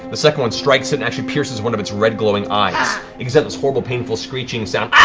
the second one strikes it and actually pierces one of its red, glowing eyes. it gives out this horrible, painful screeching sound